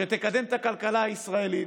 שתקדם את הכלכלה הישראלית,